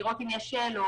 לראות אם יש שאלות,